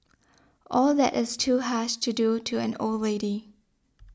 all that is too harsh to do to an old lady